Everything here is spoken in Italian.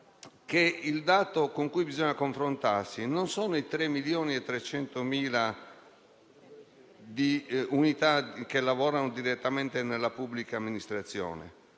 il dato con cui bisogna confrontarsi non sono i 3,3 milioni di unità che lavorano direttamente nella pubblica amministrazione,